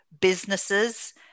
businesses